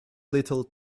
little